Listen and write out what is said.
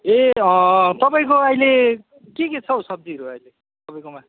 ए तपाईँको अहिले के के छ हो सब्जीहरू अहिले तपाईँकोमा